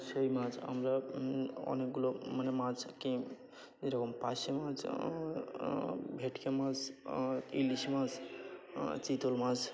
সেই মাছ আমরা অনেকগুলো মানে মাছকে যে রকম পারশে মাছ ভেটকি মাছ ইলিশ মাছ চিতল মাছ